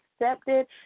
accepted